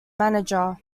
manager